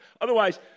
Otherwise